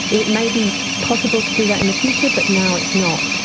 it may be possible to do that in the future, but now it's not.